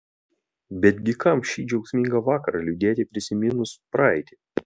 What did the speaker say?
betgi kam šį džiaugsmingą vakarą liūdėti prisiminus praeitį